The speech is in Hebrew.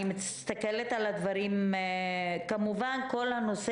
אקווג'ל, אין כפפות, אין כלום.